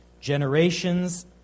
Generations